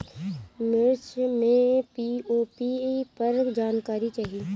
मिर्च मे पी.ओ.पी पर जानकारी चाही?